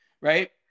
right